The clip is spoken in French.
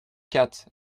quatre